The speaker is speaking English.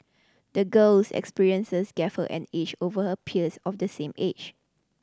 the girl's experiences gave her an edge over her peers of the same age